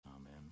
Amen